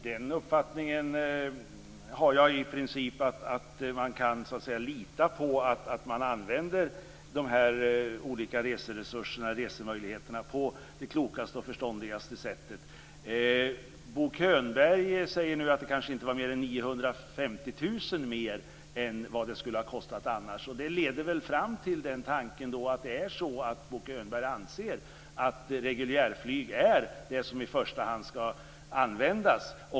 Fru talman! Jag har i princip den uppfattningen att jag litar på att man använder de olika resemöjligheterna på det klokaste och förståndigaste sättet. Bo Könberg säger nu att det kanske inte var mer än 950 000 mer än vad det annars skulle ha kostat. Det leder fram till tanken att Bo Könberg anser att reguljärflyg är det som i första hand skall användas.